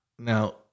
Now